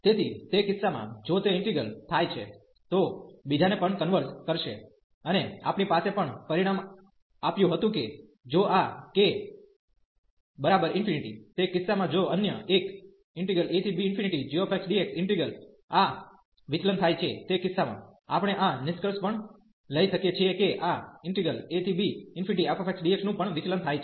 તેથી તે કિસ્સામાં જો તે ઈન્ટિગ્રલ થાય તો બીજાને પણ કન્વર્ઝ કરશે અને આપણી પાસે પણ પરિણામ આપ્યું હતું કે જો આ k∞ તે કિસ્સામાં જો અન્ય એક abgxdx ઈન્ટિગ્રલ આ વિચલન થાય છે તે કિસ્સામાં આપણે આ નિષ્કર્ષ પણ લઈ શકીએ છીએ કે આ abfxdx નું પણ વિચલન થાય છે